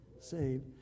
Saved